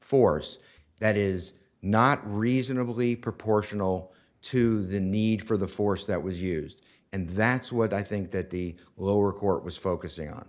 force that is not reasonably proportional to the need for the force that was used and that's what i think that the lower court was focusing